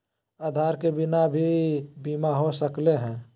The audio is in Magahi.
आधार के बिना भी बीमा हो सकले है?